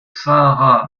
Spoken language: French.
sahara